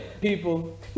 People